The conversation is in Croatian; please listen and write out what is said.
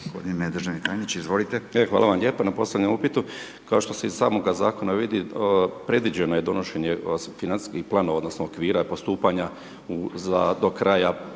Hvala lijepo na postavljenom upitu. Kao što se iz samoga zakona vidi, predviđeno je donošenje financijskih planova, odnosno, okvira postupanja za do kraja,